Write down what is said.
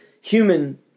human